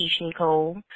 Nicole